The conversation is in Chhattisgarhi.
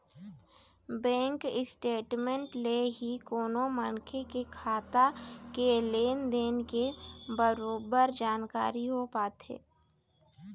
बेंक स्टेटमेंट ले ही कोनो मनखे के खाता के लेन देन के बरोबर जानकारी हो पाथे